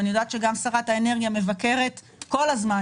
אני יודעת שגם שרת האנרגיה מבקרת כל הזמן,